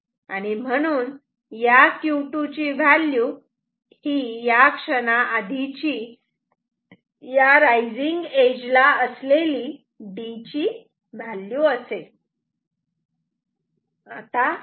म्हणून या Q2 ची व्हॅल्यू या क्षणा आधीची या रायझिंग एज ला असलेली D ची व्हॅल्यू असेल